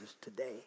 today